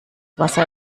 wasser